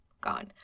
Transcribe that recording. gone